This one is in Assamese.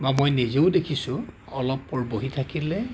বা মই নিজেও দেখিছোঁ অলপপৰ বহি থাকিলে